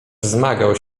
wzmagał